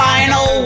Final